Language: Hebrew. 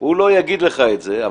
הוא לא יגיד לך את זה,